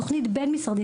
תוכנית בין-משרדית,